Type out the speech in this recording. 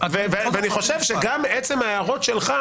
ואני חושב שגם עצם ההערות שלך,